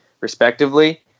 respectively